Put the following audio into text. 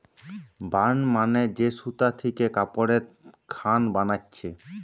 burn মানে যে সুতা থিকে কাপড়ের খান বানাচ্ছে